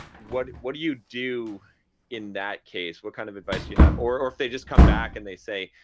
what what do you do in that case? what kind of advice do you have? or or if they just come back and they say,